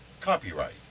Copyright